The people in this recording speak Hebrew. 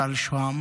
טל שוהם